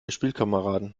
spielkameraden